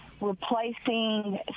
replacing